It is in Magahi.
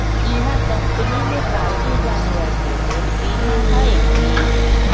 इहा कंपनी में पालतू जानवर के लेल बीमा हए कि?